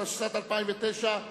התשס”ט 2009,